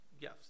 Yes